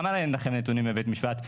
למה אין לכם נתונים מבתי משפט?